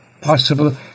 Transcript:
possible